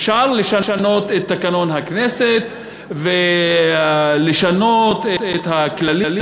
אפשר לשנות את תקנון הכנסת ולשנות את הכללים